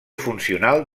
funcional